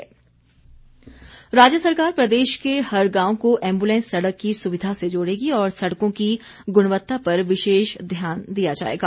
संकल्प चर्चा राज्य सरकार प्रदेश के हर गांव को एम्बुलैंस सड़क की सुविधा से जोड़ेगी और सड़कों की ग्णवत्ता पर विशेष ध्यान दिया जाएगा